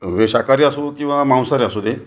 वे शाकाहारी असो किंवा मांसाहारी असू दे